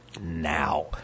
now